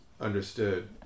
understood